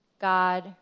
God